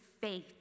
faith